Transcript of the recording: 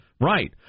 Right